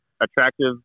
attractive